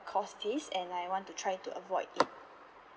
cause this and I want to try to avoid it